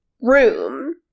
room